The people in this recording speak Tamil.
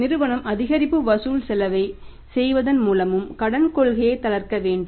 நிறுவனம் அதிகரிப்பு வசூல் செலவை செலுத்துவதன் மூலமும் கடன் கொள்கையை தளர்த்த வேண்டும்